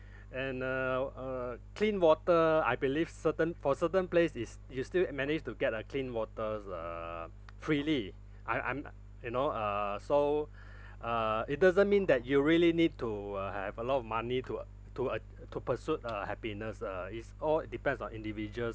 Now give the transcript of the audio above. and uh uh clean water I believe certain for certain place is you still uh manage to get uh clean waters uh freely I I'm you know uh so uh it doesn't mean that you really need to uh have a lot of money to uh to uh to pursuit uh happiness uh is all it depends on individuals